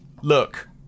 Look